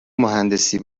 مهندسی